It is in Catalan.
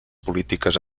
polítiques